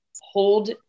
hold